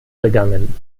begangen